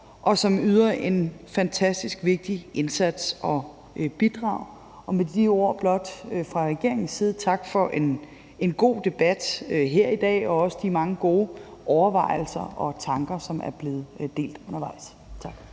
og som yder en fantastisk vigtig indsats og bidrag. Med de ord vil jeg fra regeringens side blot takke for en god debat her i dag og også de mange gode overvejelser og tanker, som er blevet delt undervejs. Tak.